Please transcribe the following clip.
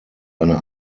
eine